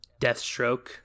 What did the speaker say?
Deathstroke